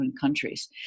countries